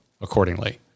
accordingly